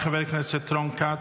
חבר הכנסת רון כץ,